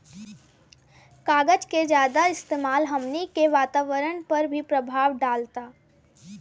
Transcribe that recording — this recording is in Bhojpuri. कागज के ज्यादा इस्तेमाल हमनी के वातावरण पर भी प्रभाव डालता